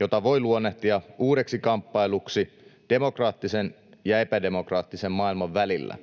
jota voi luonnehtia uudeksi kamppailuksi demokraattisen ja epädemokraattisen maailman välillä.